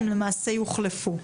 הן למעשה יוחלפו.